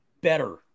better